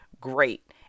great